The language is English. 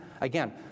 again